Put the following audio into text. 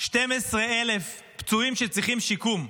12,000 פצועים שצריכים שיקום.